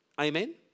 Amen